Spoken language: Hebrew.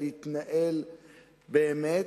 ולהתנהל באמת,